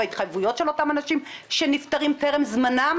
והתחייבויות של אותם אנשים שנפטרים טרם זמנם.